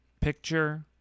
picture